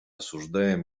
осуждаем